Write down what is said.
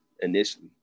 initially